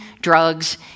drugs